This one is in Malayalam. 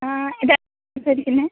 ആ ഇതാരാ സംസാരിക്കുന്നത്